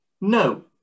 No